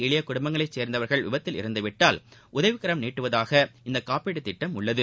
எளியகுடும்பத்தைச் சேர்ந்தவர்கள் விபத்தில் இறந்துவிட்டால் உதவிக்கரம் நீட்டுவதாக இந்தகாப்பீட்டுத் திட்டம் உள்ளது